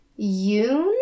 Yoon